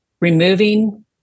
removing